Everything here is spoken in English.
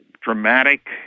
dramatic